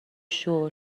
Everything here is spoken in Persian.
شکر